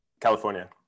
california